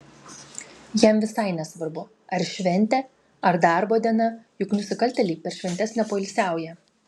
jam visai nesvarbu ar šventė ar darbo diena juk nusikaltėliai per šventes nepoilsiauja